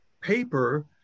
paper